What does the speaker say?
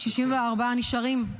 64 נשארים.